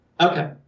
Okay